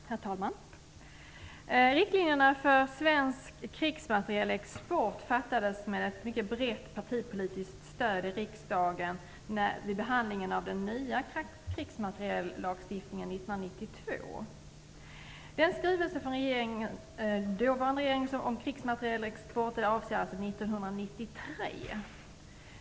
Herr talman! Riktlinjerna för svensk krigsmaterielexport beslutades med ett mycket brett partipolitiskt stöd i riksdagen vid behandlingen av den nya krigsmateriellagstiftningen 1992. Skrivelsen från den dåvarande regeringen om krigsmaterielexport avser alltså 1993.